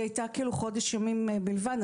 לא, אבל היא הייתה חודש ימים בלבד.